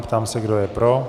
Ptám se, kdo je pro.